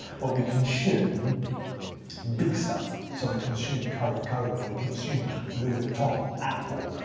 but we consume big stuff. so we consume coca-cola, we consume louise vuitton, apple,